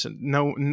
no